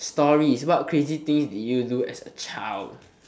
stories what crazy thing did you do as a child